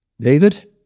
David